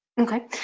Okay